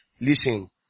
Listen